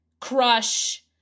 crush